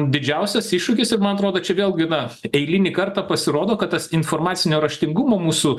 didžiausias iššūkis ir man atrodo čia vėlgi na eilinį kartą pasirodo kad tas informacinio raštingumo mūsų